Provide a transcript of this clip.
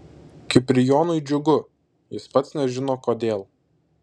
kiprijonui džiugu jis pats nežino kodėl